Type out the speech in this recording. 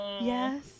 yes